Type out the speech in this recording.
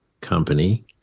Company